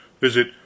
visit